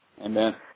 Amen